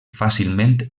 fàcilment